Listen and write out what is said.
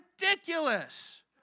Ridiculous